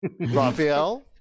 Raphael